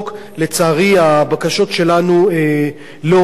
לצערי, הבקשות שלנו לא הועילו.